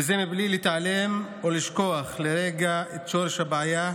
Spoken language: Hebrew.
וזה בלי להתעלם או לשכוח לרגע את שורש הבעיה.